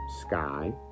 Sky